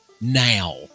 now